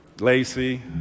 Lacey